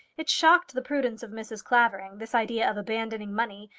it shocked the prudence of mrs. clavering this idea of abandoning money,